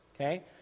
okay